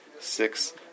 six